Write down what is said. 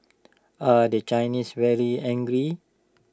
are the Chinese very angry